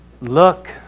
look